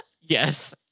Yes